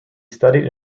studied